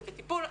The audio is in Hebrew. זה בטיפול,